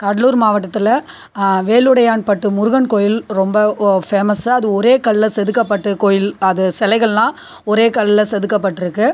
கடலூர் மாவட்டத்தில் வேலுடையான்பட்டு முருகன் கோயில் ரொம்ப ஃபேமஸாக அது ஒரே கல்லில செதுக்கப்பட்ட கோயில் அது சிலைகள்லாம் ஒரே கல்லில செதுக்கப்பட்டிருக்கு